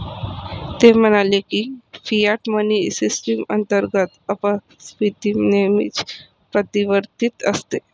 ते म्हणाले की, फियाट मनी सिस्टम अंतर्गत अपस्फीती नेहमीच प्रतिवर्ती असते